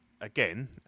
again